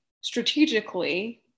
strategically